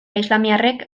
islamiarrek